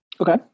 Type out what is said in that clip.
Okay